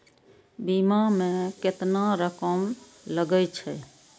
बीमा में केतना रकम लगे छै?